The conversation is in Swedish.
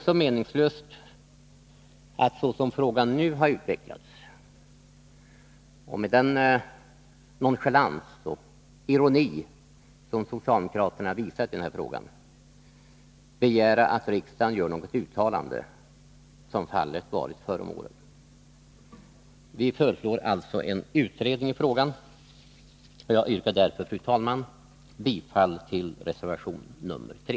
Såsom frågan nu har utvecklats och med den nonchalans och ironi som socialdemokraterna visat i den här frågan finner vi det också meningslöst att begära att riksdagen gör något uttalande, som fallet varit förr om åren. Vi föreslår alltså en utredning i frågan. Jag yrkar därför, fru talman, bifall till reservation nr 3.